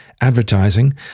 advertising